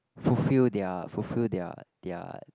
fulfill their fulfill their their